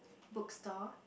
book store